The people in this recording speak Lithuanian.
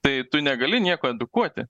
tai tu negali nieko edukuoti